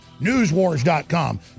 NewsWars.com